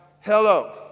hello